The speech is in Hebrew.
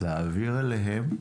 להעביר אליהם,